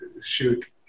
shoot